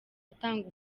atanga